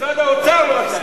משרד האוצר לא עשה את זה.